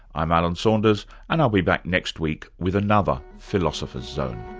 i'm alan saunders and i'll be back next week with another philosopher's zone